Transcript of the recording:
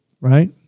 right